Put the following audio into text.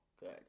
good